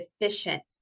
efficient